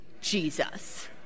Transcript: Jesus